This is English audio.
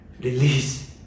release